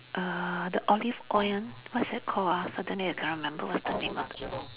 err the olive oil one what's that called ah suddenly I cannot remember what's the name of the